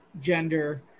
gender